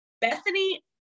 Bethany